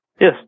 Yes